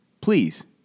please